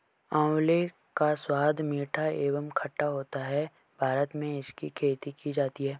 आंवले का स्वाद मीठा एवं खट्टा होता है भारत में इसकी खेती की जाती है